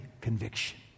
conviction